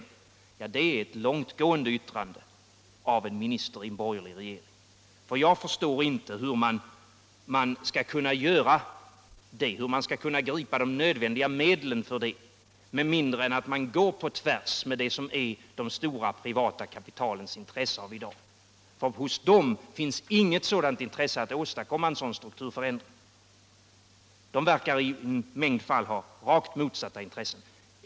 Det är ett långtgående yttrande av en minister i en borgerlig regering. Jag förstår inte hur man skall kunna tillgripa de här nödvändiga medlen med mindre än att man går på tvärs med det som i dag är det stora privata kapitalets intressen. Där finns inget intresse att åstadkomma en sådan strukturförändring. Där verkar man i en mängd fall ha rakt motsatta intressen.